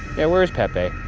yeah, where is pepe?